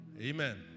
amen